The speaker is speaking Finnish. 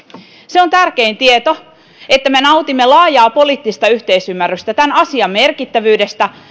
se on tärkein tieto että me nautimme laajaa poliittista yhteisymmärrystä tämän asian merkittävyydestä